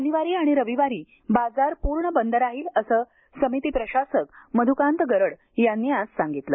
शनिवारी आणि रविवारी बाजार पूर्ण बंद राहील असं समिती प्रशासक मधुकांत गरड यांनी आज सांगितलं